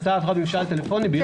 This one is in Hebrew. ההצעה עברה במשאל טלפוני ביום שישי.